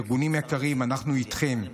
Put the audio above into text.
ארגונים יקרים, אנחנו איתכם.